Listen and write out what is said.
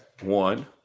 One